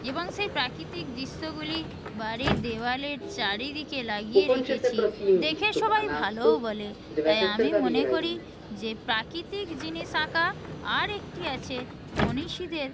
এবং সেই প্রাকৃতিক দৃশ্যগুলি বাড়ির দেওয়ালের চারিদিকে লাগিয়ে রেখেছি দেখে সবাই ভালোও বলে তাই আমি মনে করি যে প্রাকৃতিক জিনিস আঁকা আর একটি আছে মনীষীদের